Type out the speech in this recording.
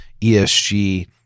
ESG